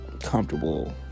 comfortable